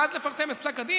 ואז לפרסם את פסק הדין?